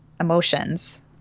emotions